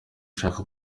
ashaka